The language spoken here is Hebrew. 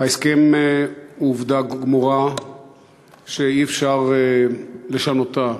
ההסכם הוא עובדה גמורה שאי-אפשר לשנותה.